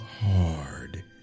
hard